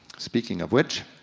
speaking of which.